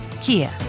Kia